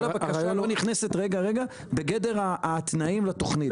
כל הבקשה לא נכנסת בגדר התנאים לתוכנית.